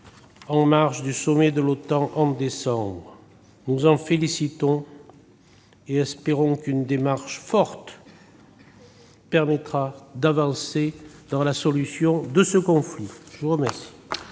en marge du sommet de l'OTAN de décembre. Nous nous en félicitons et espérons qu'une démarche forte permettra d'avancer vers la résolution de ce conflit. La parole